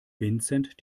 vincent